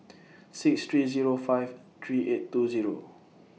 six three Zero five three eight two Zero